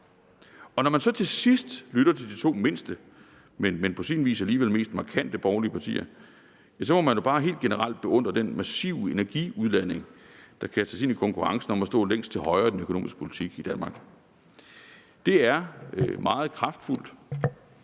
Og når man så til sidst lytter til de to mindste, men på sin vis alligevel mest markante borgerlige partier, må man jo bare helt generelt beundre den massive energiudladning, der kastes ind i konkurrencen om at stå længst til højere i den økonomiske politik i Danmark. Det er meget kraftfuldt,